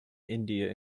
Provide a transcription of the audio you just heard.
india